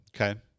Okay